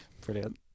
Brilliant